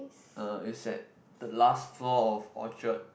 uh it's at the last floor of Orchard